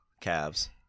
calves